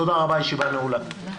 תודה רבה, הישיבה נעולה.